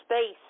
space